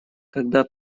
когда